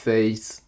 Face